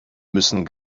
müssen